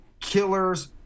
killers